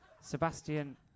Sebastian